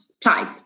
type